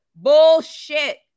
bullshit